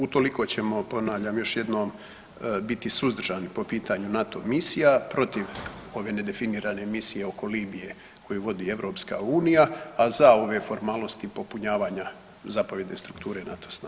Utoliko ćemo ponavljam još jednom biti suzdržani po pitanju NATO misija protiv ove nedefinirane misije oko Libije koju vodi EU, a za ove formalnosti popunjavanja zapovjedne strukture NATO snaga.